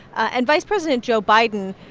and vice president joe biden,